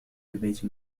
البيت